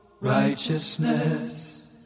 righteousness